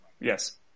Yes